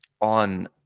on